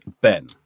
Ben